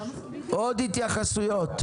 עוד התייחסויות?